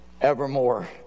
evermore